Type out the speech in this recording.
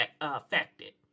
affected